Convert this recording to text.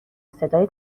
صدای